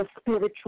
spiritual